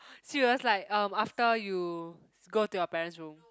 serious like um after you go to your parent's room